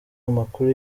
amakuru